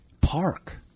Park